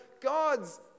God's